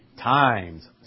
times